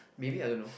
maybe I don't know